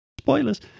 Spoilers